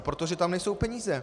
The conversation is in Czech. Protože tam nejsou peníze!